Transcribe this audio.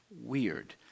weird